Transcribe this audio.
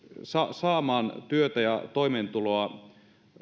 saamaan työtä ja toimeentuloa